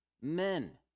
Men